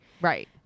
Right